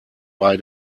bei